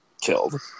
killed